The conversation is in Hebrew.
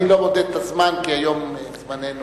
אני לא מודד את הזמן, כי היום זמננו,